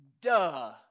duh